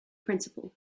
principle